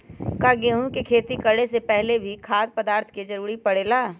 का गेहूं के खेती करे से पहले भी खाद्य पदार्थ के जरूरी परे ले?